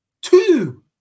Two